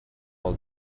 all